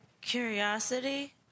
curiosity